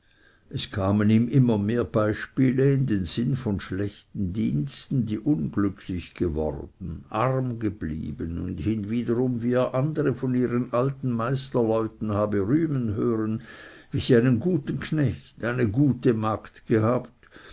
es kamen ihm immer mehr beispiele in den sinn von schlechten diensten die unglücklich geworden arm geblieben und hinwiederum wie er andere von ihren alten meisterleuten habe rühmen hören wie sie einen guten knecht eine gute magd gehabt